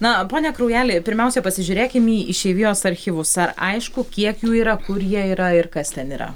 na pone kraujeli pirmiausia pasižiūrėkime į išeivijos archyvus ar aišku kiek jų yra kur jie yra ir kas ten yra